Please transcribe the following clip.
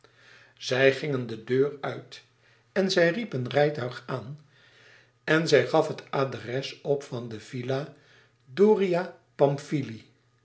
zij gingen de deur uit en zij riep een rijtuig aan en gaf het adres op van de villa